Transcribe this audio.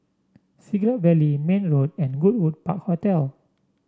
Siglap Valley Mayne Road and Goodwood Park Hotel